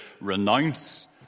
renounce